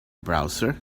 browser